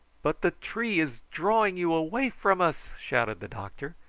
but the tree is drawing you away from us, shouted the doctor.